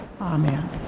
amen